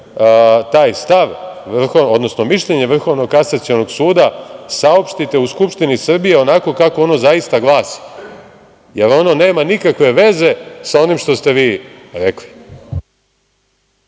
taj stav, odnosno mišljenje Vrhovnog kasacionog suda saopštite u Skupštini Srbije onako kako ono zaista glasi, jer ono nema nikakve veze sa onim što ste vi rekli.